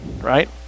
Right